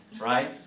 right